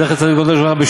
זכר צדיק וקדוש לברכה,